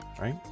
right